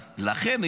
אז לכן,